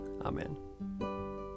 Amen